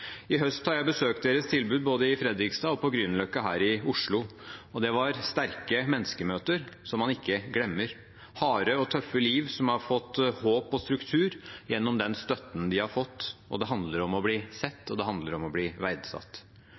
I høst har jeg besøkt deres tilbud både i Fredrikstad og på Grünerløkka her i Oslo. Det var sterke menneskemøter, som man ikke glemmer. Harde og tøffe liv har fått håp og struktur gjennom den støtten de har fått. Det handler om å bli sett, og det handler om å bli verdsatt.